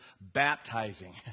baptizing